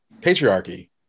patriarchy